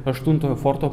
aštuntojo forto